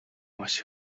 маш